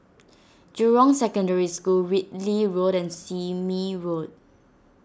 Jurong Secondary School Whitley Road and Sime Road